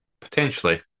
Potentially